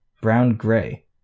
brown-gray